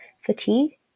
fatigue